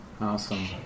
Awesome